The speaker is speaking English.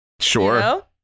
Sure